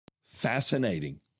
Fascinating